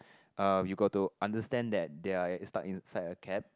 uh you got to understand that they are stuck inside a cab